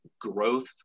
growth